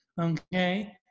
okay